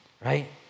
right